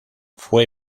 fue